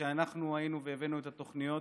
כשאנחנו היינו והבאנו את התוכניות,